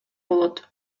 болот